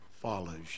follows